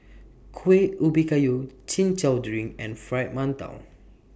Kuih Ubi Kayu Chin Chow Drink and Fried mantou